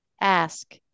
ask